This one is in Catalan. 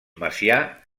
macià